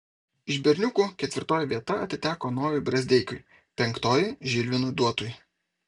iš berniukų ketvirtoji vieta atiteko nojui brazdeikiui penktoji žilvinui duotui